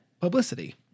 publicity